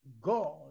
God